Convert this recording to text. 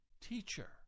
Teacher